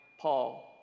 Paul